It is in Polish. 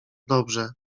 dobrze